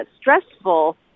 stressful